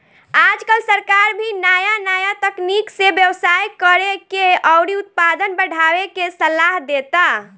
आजकल सरकार भी नाया नाया तकनीक से व्यवसाय करेके अउरी उत्पादन बढ़ावे के सालाह देता